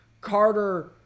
Carter